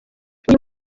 uyu